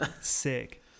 Sick